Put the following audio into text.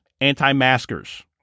anti-maskers